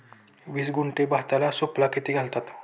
वीस गुंठे भाताला सुफला किती घालावा?